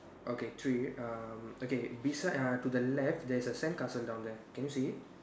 okay three um okay beside uh to the left there is a sandcastle down there can you see it